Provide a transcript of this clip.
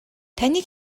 таныг